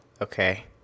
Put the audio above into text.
Okay